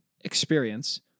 experience